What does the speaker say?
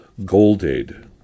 Goldade